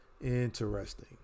Interesting